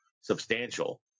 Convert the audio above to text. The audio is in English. substantial